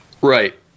Right